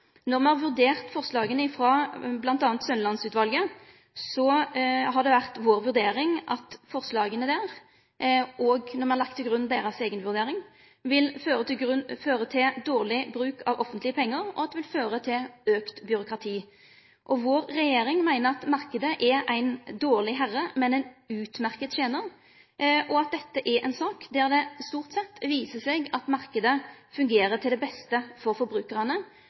Når me har vurdert forslaga frå bl.a. Sønneland-utvalet og lagt til grunn deira eiga vurdering, har det vore vår vurdering at forslaga vil føre til dårleg bruk av offentlege pengar og auka byråkrati. Vår regjering meiner at marknaden er ein dårleg herre, men ein utmerkt tenar, og at dette er ei sak der det stort sett viser seg at marknaden fungerer til det beste for forbrukarane.